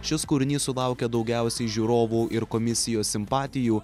šis kūrinys sulaukė daugiausiai žiūrovų ir komisijos simpatijų